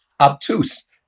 obtuse